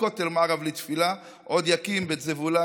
כותל מערב לתפילה / עוד יקים בית זבול,